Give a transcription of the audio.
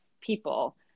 people